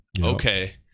okay